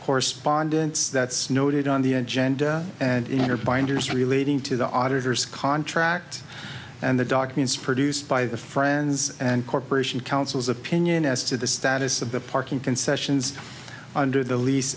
correspondence that's noted on the agenda and inner binders relating to the auditors contract and the documents produced by the friends and corporation councils opinion as to the status of the parking concessions under the lease